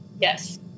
Yes